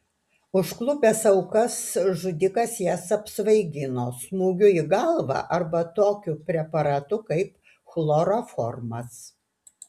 užklupęs aukas žudikas jas apsvaigino smūgiu į galvą arba tokiu preparatu kaip chloroformas